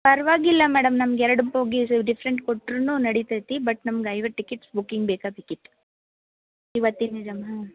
ಪರ್ವಾಗಿಲ್ಲ ಮೇಡಮ್ ನಮ್ಗೆ ಎರಡು ಬೋಗಿ ಡಿಫ್ರೆಂಟ್ ಕೊಟ್ಟರೂನು ನಡಿತೈತಿ ಬಟ್ ನಮ್ಗೆ ಐವತ್ತು ಟಿಕಿಟ್ಸ್ ಬುಕಿಂಗ್ ಬೇಕೇ ಬೇಕಿತ್ತು ಇವತ್ತಿನ ನಿಜಾಮ್ ಹಾಂ